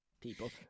people